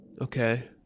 Okay